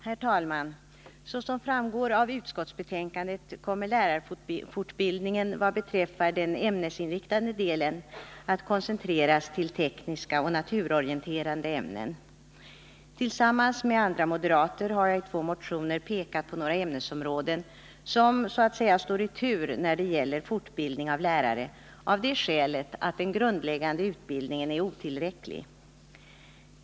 Herr talman! Såsom framgår av utskottsbetänkandet kommer lärarfortbildningen vad beträffar den ämnesinriktade delen att koncentreras till tekniska och naturorienterande ämnen. Tillsammans med andra moderater har jag i två motioner pekat på några ämnesområden som så att säga står i tur när det gäller fortbildning av lärare, av det skälet att den grundläggande utbildningen är otillräcklig.